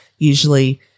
Usually